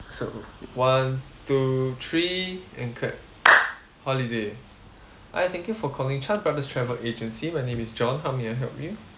so one two three and clap holiday hi thank you for calling chan brothers travel agency my name is john how may I help you